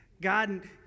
God